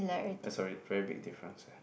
uh sorry very big difference